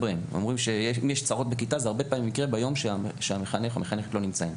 אומרים שאם יש צרות בכיתה זה בדרך כלל יקרה ביום שהמחנכים לא נמצאים.